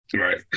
Right